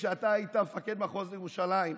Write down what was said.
כשאתה היית מפקד מחוז ירושלים,